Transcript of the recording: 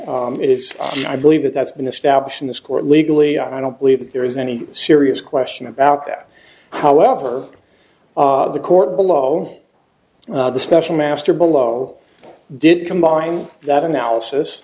is i believe that that's been established in this court legally i don't believe that there is any serious question about that however the court below the special master below did combine that analysis